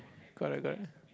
correct correct